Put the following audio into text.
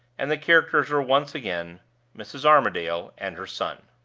and the characters were once again mrs. armadale and her son.